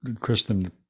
Kristen